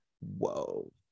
whoa